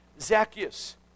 Zacchaeus